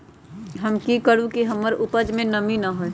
हम की करू की हमर उपज में नमी न होए?